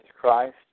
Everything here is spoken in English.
Christ